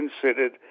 considered